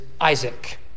Isaac